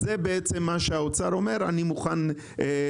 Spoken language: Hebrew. זה מה שהאוצר אומר שהוא מוכן לסכן.